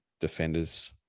defenders